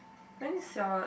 when is your